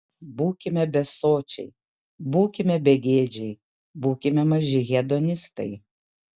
būkime besočiai būkime begėdžiai būkime maži hedonistai